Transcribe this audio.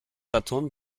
saturn